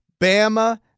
Bama